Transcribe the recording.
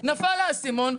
נפל על האסימון,